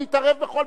חבר הכנסת שאמה,